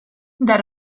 that